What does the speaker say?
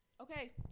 Okay